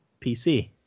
PC